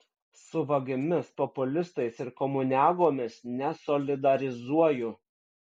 su vagimis populistais ir komuniagomis nesolidarizuoju